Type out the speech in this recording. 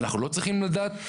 אנחנו לא צריכים לדעת?